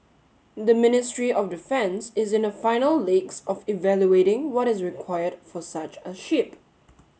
the Ministry of Defence is in the final legs of evaluating what is required for such a ship